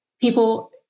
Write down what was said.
people